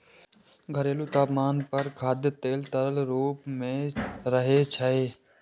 घरेलू तापमान पर खाद्य तेल तरल रूप मे रहै छै